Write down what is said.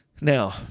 Now